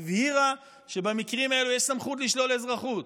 הבהירה שבמקרים האלה יש סמכות לשלול אזרחות.